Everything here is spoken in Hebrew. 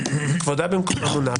כבודה במקומה מונח,